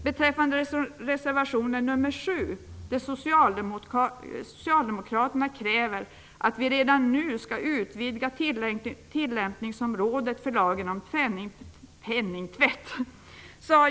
I Socialdemokraternas reservation 7 krävs att vi redan nu skall utvidga tillämpningsområdet för lagen om penningtvätt.